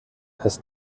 als